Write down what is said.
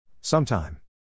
Sometime